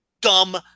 dumb